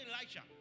Elijah